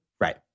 right